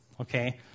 Okay